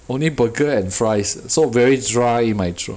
only burger and fries so very dry my throat